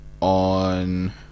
on